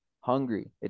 hungry